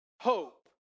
hope